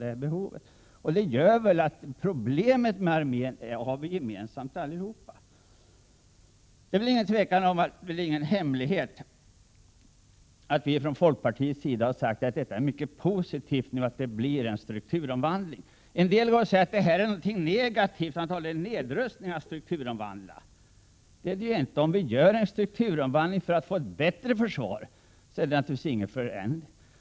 Det här illustrerar att vi har problemet med armén gemensamt allihop. Det är ingen hemlighet att vi från folkpartiet tycker att det är mycket positivt om vi får en strukturomvandlingav armén. En del säger att det är något negativt och talar om nedrustning. Men om vi gör en strukturomvandling för att få ett bättre försvar, är det naturligtvis ingen försämring.